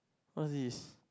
what's this